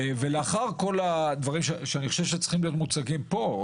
אני חושב שהדברים צריכים להיות מוצגים פה,